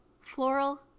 floral